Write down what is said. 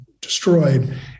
destroyed